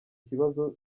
kibazo